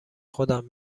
خودم